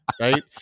Right